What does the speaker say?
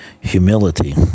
Humility